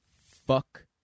Fuck